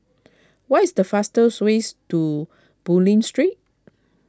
what is the fastest way to Bulim Street